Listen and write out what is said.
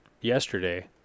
yesterday